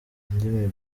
indimi